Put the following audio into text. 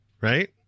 right